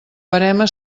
verema